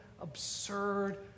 absurd